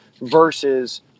versus